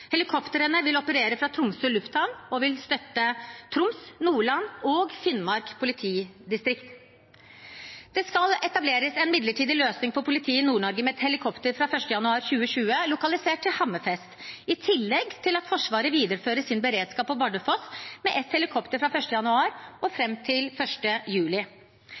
Helikoptrene vil operere fra Tromsø lufthavn og vil støtte Troms, Nordland og Finnmark politidistrikt. Det skal etableres en midlertidig løsning for politiet i Nord-Norge fra 1. januar 2020, med et helikopter lokalisert til Hammerfest, i tillegg til at Forsvaret viderefører sin beredskap på Bardufoss med ett helikopter fra 1. januar og fram til 1. juli.